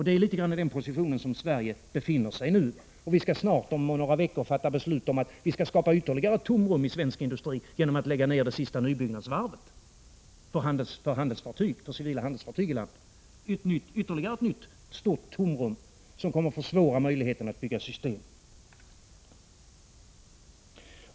Det är i den situationen Sverige befinner sig nu, och vi skall om några veckor fatta beslut om att skapa ytterligare tomrum i svensk industri genom att lägga ned det sista nybyggnadsvarvet för civila handelsfartyg i landet, ytterligare ett nytt stort tomrum som kommer att försvåra möjligheten att bygga system.